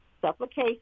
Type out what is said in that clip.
Supplication